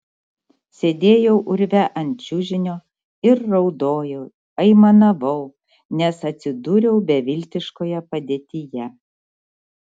sėdėjau urve ant čiužinio ir raudojau aimanavau nes atsidūriau beviltiškoje padėtyje